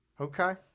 okay